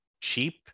cheap